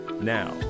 Now